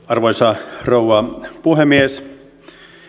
arvoisa rouva puhemies